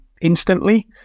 instantly